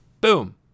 Boom